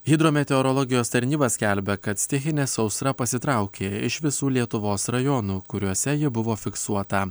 hidrometeorologijos tarnyba skelbia kad stichinė sausra pasitraukė iš visų lietuvos rajonų kuriuose ji buvo fiksuota